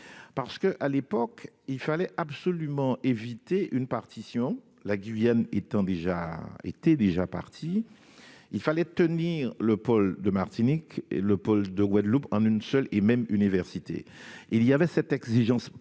2015 ! À l'époque, il fallait absolument éviter une partition. La Guyane étant déjà partie, il fallait tenir le pôle de Martinique et le pôle de Guadeloupe en une seule et même université. Il y avait cette exigence politique-